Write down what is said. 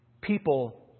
people